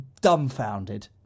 dumbfounded